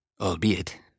albeit